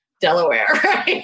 Delaware